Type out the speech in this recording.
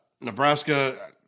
Nebraska